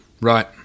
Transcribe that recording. Right